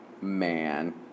man